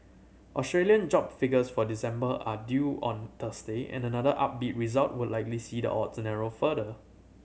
Australian job figures for December are due on Thursday and another upbeat result would likely see the odds narrow further